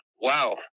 Wow